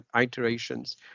iterations